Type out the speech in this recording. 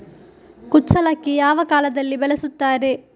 ಕುಚ್ಚಲಕ್ಕಿ ಯಾವ ಕಾಲದಲ್ಲಿ ಬೆಳೆಸುತ್ತಾರೆ?